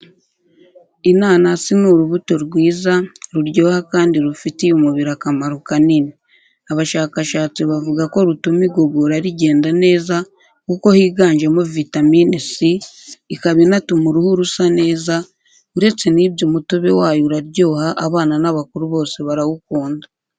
Inanasi ni urubuto rwiza, ruryoha kandi rufitiye umubiri akamaro kanini. Abashakashatsi bavuga ko rutuma igogora rigenda neza kuko higanjemo vitamine C, ikaba inatuma uruhu rusa neza, uretse nibyo umutobe wayo uraryoha abana n'abakuru bose barawukunda.